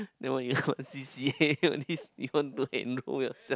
then what you want C_C_A all these you want to enroll yourself